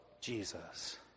Jesus